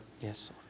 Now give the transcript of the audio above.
yes